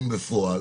בפועל